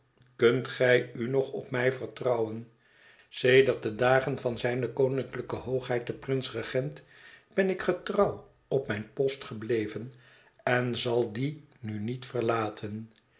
kunt gij u nog op mij vertrouwen sedert de dagen van zijne koninklijke hoogheid den prins regent ben ik getrouw op mijn post gebleven en zal dien nu niet verlaten